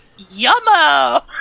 Yummo